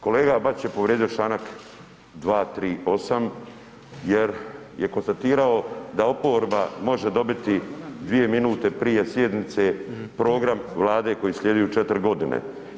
Kolega Bačić je povrijedio članak 238. jer je konstatirao da oporba može dobiti 2 minute prije sjednice program Vlade koji slijedi u 4 godine.